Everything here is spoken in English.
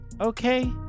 okay